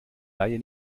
laie